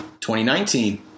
2019